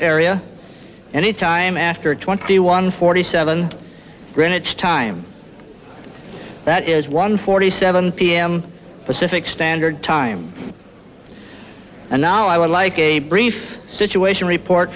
area and in time after twenty one forty seven greenwich time that is one forty seven pm pacific standard time and now i would like a brief situation report